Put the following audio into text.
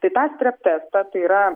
tai tą streptestą tai yra